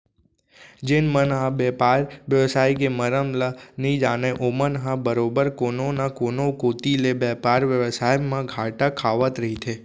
जेन मन ह बेपार बेवसाय के मरम ल नइ जानय ओमन ह बरोबर कोनो न कोनो कोती ले बेपार बेवसाय म घाटा खावत रहिथे